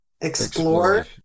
Explore